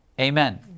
amen